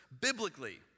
biblically